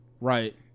Right